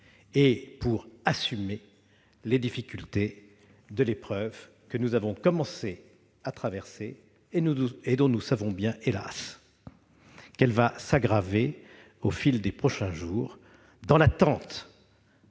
et pour affronter les difficultés de l'épreuve que nous avons commencé à traverser et dont nous savons bien, hélas, qu'elle va s'aggraver au fil des prochains jours, avant